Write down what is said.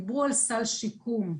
דיברו על סל שיקום,